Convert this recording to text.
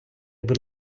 будь